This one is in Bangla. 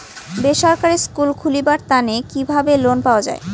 বেসরকারি স্কুল খুলিবার তানে কিভাবে লোন পাওয়া যায়?